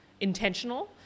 intentional